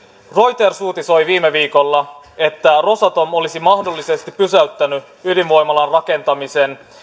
reuters uutisoi viime viikolla että rosatom olisi mahdollisesti pysäyttänyt ydinvoimalan rakentamisen